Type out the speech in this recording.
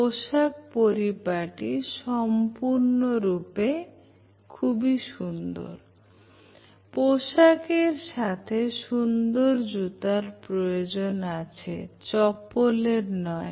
পোশাকের সাথে সুন্দর জুতোর প্রয়োজন আছেচপ্পলের নয়